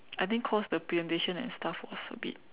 I think cause the presentation and stuff was a bit